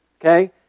Okay